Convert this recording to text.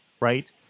Right